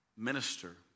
Minister